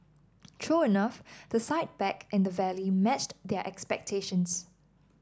true enough the sight back in the valley matched their expectations